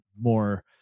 more